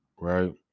right